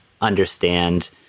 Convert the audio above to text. understand